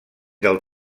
del